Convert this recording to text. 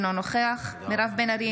אינו נוכח מירב בן ארי,